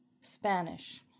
Spanish